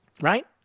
Right